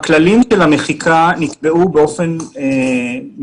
הכללים האלה לא